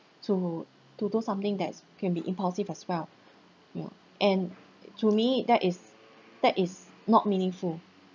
so to do something that's can be impulsive as well you know and to me that is that is not meaningful